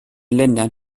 ländern